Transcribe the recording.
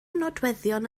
nodweddion